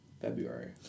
February